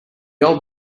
old